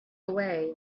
way